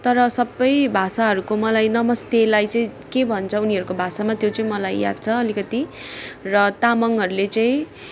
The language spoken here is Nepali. तर सबै भाषाहरूको मलाई नमस्तेलाई चाहिँ के भन्छ उनीहरूको भाषामा त्यो चाहिँ मलाई याद छ अलिकति र तामाङहरूले चाहिँ